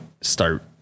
start